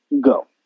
go